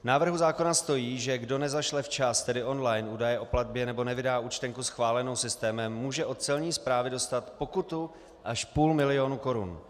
V návrhu zákona stojí, že kdo nezašle včas, tedy online, údaje o platbě nebo nevydá účtenku schválenou systémem, může od celní správy dostat pokutu až půl milionů korun.